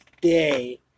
day